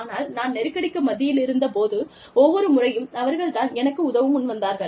ஆனால் நான் நெருக்கடிக்கு மத்தியிலிருந்த போது ஒவ்வொரு முறையும் அவர்கள் தான் எனக்கு உதவ முன் வந்தார்கள்